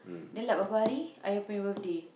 dia lat berapa hari Ayi punya birthday